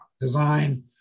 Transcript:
design